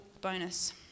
bonus